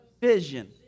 vision